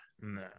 No